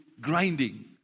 grinding